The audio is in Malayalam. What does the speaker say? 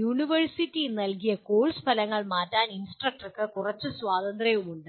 യൂണിവേഴ്സിറ്റി നൽകിയ കോഴ്സ് ഫലങ്ങൾ മാറ്റാൻ ഇൻസ്ട്രക്ടർക്ക് കുറച്ച് സ്വാതന്ത്ര്യമുണ്ട്